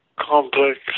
complex